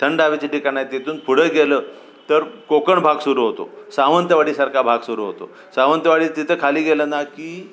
थंड हवेचे ठिकाणए तिथून पुढं गेलं तर कोकण भाग सुरू होतो सावंतवाडीसारखा भाग सुरू होतो सावंतवाडी तिथं खाली गेलं ना की